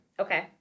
Okay